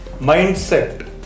mindset